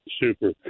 Super